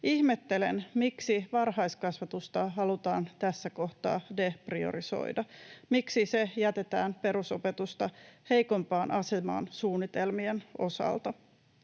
Ihmettelen, miksi varhaiskasvatusta halutaan tässä kohtaa depriorisoida, miksi se jätetään perusopetusta heikompaan asemaan suunnitelmien osalta.